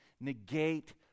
negate